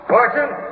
Fortune